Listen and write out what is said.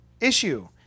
issue